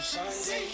Sunday